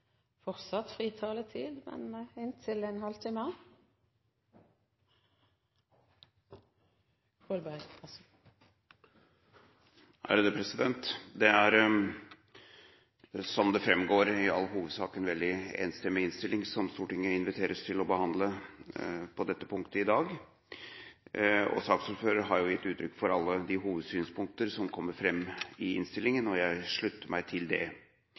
som det framgår, i all hovedsak en enstemmig innstilling som Stortinget inviteres til å behandle på dette punktet i dag. Saksordføreren har jo gitt uttrykk for alle de hovedsynspunkter som kommer fram i innstillingen, og jeg slutter meg til det.